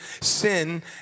sin